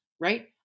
right